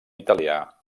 italià